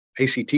ACT